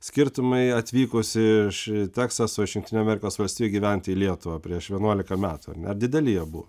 skirtumai atvykus iš teksaso iš jungtinių amerikos valstijų gyventi į lietuvą prieš vienuolika metų ar ne ar dideli jie buvo